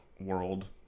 World